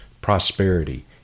prosperity